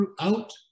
throughout